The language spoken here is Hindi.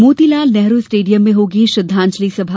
मोतीलाल नेहरू स्टेडियम में होगी श्रद्वांजलि सभा